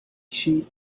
sheep